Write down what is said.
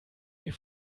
die